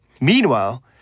Meanwhile